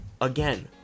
again